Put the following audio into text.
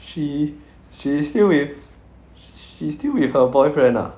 she she still with she's still with her boyfriend ah